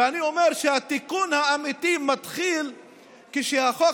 ואני אומר שהתיקון האמיתי מתחיל כשהחוק